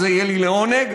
זה יהיה לי לעונג,